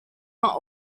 not